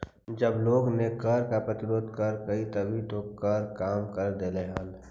जब लोगों ने कर का प्रतिरोध करकई तभी तो कर कम करा देलकइ हल